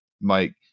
Mike